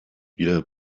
wieder